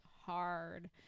hard